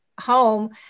home